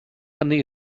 hynny